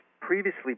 previously